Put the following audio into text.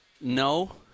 No